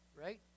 right